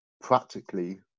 practically